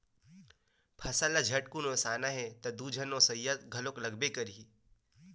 फसल ल झटकुन ओसाना हे त दू झन ओसइया घलोक लागबे करही